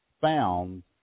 found